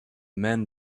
men